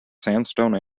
sandstone